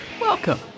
Welcome